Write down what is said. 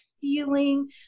feeling